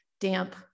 damp